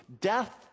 Death